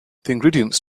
ingredients